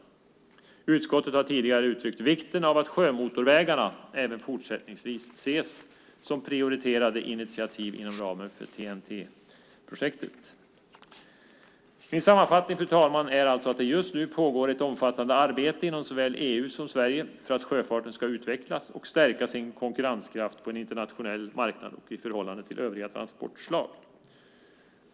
Utskottet har tidigare uttryckt vikten av att sjömotorvägarna även fortsättningsvis ses som prioriterade initiativ inom ramen för TEN-T-projektet. Fru talman! Min sammanfattning är att det just nu pågår ett omfattande arbete inom såväl EU som Sverige för att sjöfarten ska utvecklas och stärka sin konkurrenskraft på en internationell marknad och i förhållande till övriga transportslag.